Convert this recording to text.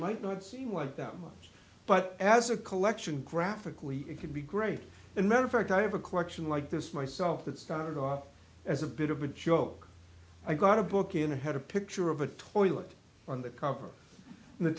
might not seem like that much but as a collection graphically it can be great in many fact i have a collection like this myself that started off as a bit of a joke i got a book in had a picture of a toilet on the cover and the